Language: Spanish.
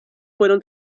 fueron